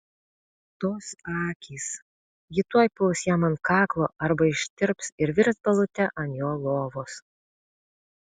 tos akys ji tuoj puls jam ant kaklo arba ištirps ir virs balute ant jo lovos